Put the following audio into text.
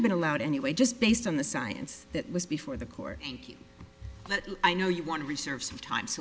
have been allowed anyway just based on the science that was before the court that i know you want to research sometimes